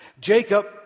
Jacob